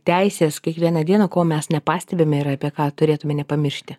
teisės kiekvieną dieną ko mes nepastebime ir apie ką turėtume nepamiršti